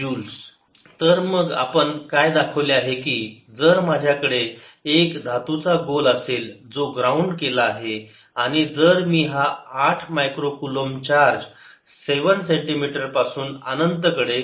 0 Joules तर आपण काय दाखवले आहे की जर माझ्याकडे एक धातूचा गोल असेल जो ग्राउंड केला आहे आणि जर मी हा 8 मायक्रो कुलोम्ब चार्ज 7 सेंटीमीटर पासून अनंत कडे